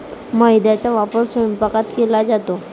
मैद्याचा वापर स्वयंपाकात केला जातो